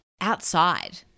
outside